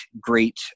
great